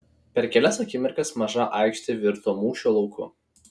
per kelias akimirkas maža aikštė virto mūšio lauku